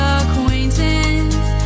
acquaintance